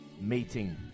meeting